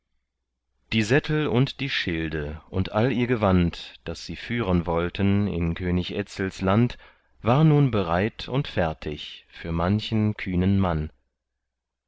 die sättel und die schilde und all ihr gewand das sie führen wollten in könig etzels land war nun bereit und fertig für manchen kühnen mann